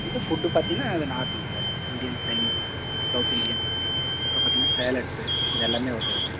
அப்புறமேட்டு ஃபுட்டு பார்த்தீங்கன்னா அது normal sir Indian Chinese South Indian அப்புறம் பார்த்தீங்கன்னா சேலட்ஸு இதெல்லாமே வந்துருங்கள்